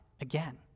again